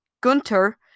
Gunter